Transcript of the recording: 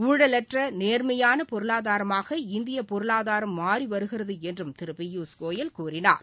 ஊழலற்ற நேர்மையான பொருளாதாரமாக இந்தியப் பொருளாதாரம் மாறி வருகிறது என்றும் திரு பியூஷ் கோயல் கூறினார்